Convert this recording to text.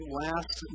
last